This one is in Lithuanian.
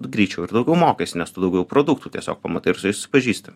greičiau ir daugiau mokaisi nes tu daugiau produktų tiesiog pamatai ir su jais susipažįsti